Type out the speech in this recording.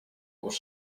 was